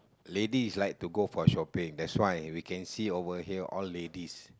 ladies like to go for shopping that's why we can see over here all ladies